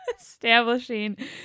establishing